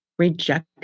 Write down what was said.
reject